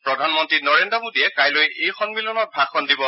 প্ৰধানমন্নী নৰেন্দ্ৰ মোডীয়ে কাইলৈ এই সম্মিলনত ভাষণ দিব